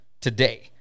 today